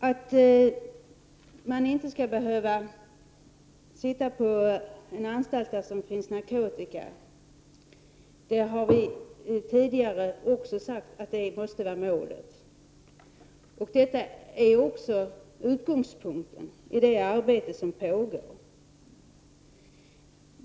Att dömda inte skall behöva sitta på anstalter där det finns narkotika måste vara målet. Det har vi också sagt tidigare. Detta är också utgångspunkten i det arbete som pågår.